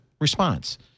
response